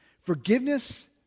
Forgiveness